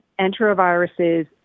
enteroviruses